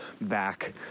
back